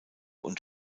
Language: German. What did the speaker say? und